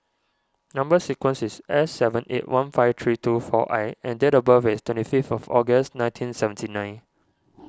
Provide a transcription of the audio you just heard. Number Sequence is S seven eight one five three two four I and date of birth is twenty fifth of August nineteen seventy nine